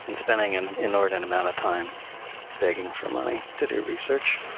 and spending and an inordinate amount of time begging for money to do research.